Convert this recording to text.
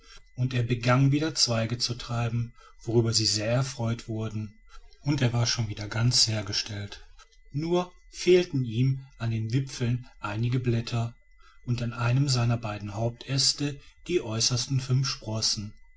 und er begann wieder zweige zu treiben worüber sie sehr erfreut wurden und er war schon wieder ganz hergestellt nur fehlten ihm an dem wipfel einige blätter und an einem seiner beiden hauptäste die äußersten fünf sprossen